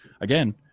again